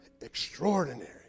extraordinary